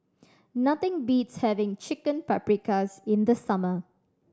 nothing beats having Chicken Paprikas in the summer